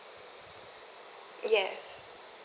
yes